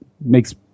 makes